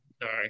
Sorry